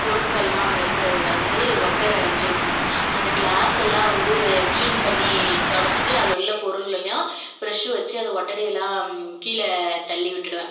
பொருட்களெலாம் அங்கே இருக்கிறது வந்து ஒட்டடை அடைஞ்சிருக்கும் அந்த கிளாஸ்செல்லாம் வந்து கிளீன் பண்ணி துடச்சிட்டு அதில் உள்ள பொருளெல்லாம் ப்ரஷ்ஷு வச்சு அதை ஒட்டடையெலாம் கீழே தள்ளிவிட்டுடுவேன்